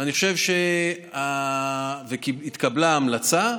התקבלה המלצה,